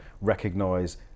recognise